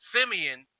Simeon